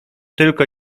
tylko